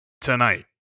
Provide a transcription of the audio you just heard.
tonight